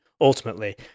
ultimately